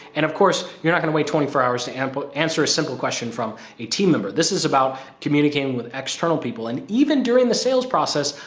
and of course, you're not going to wait twenty four hours to and but answer a simple question from a team member. this is about communicating with external people. and even during the sales process,